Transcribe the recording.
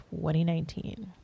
2019